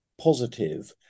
positive